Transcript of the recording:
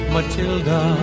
Matilda